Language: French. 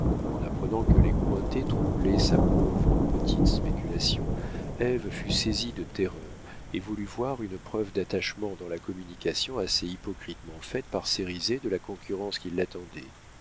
en apprenant que les cointet troublaient sa pauvre petite spéculation ève fut saisie de terreur et voulut voir une preuve d'attachement dans la communication assez hypocritement faite par cérizet de la concurrence qui l'attendait